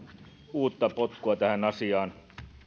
uutta potkua tähän asiaan